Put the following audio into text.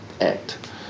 act